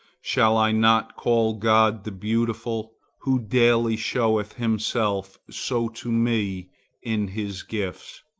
shall i not call god the beautiful, who daily showeth himself so to me in his gifts?